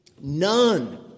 None